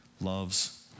loves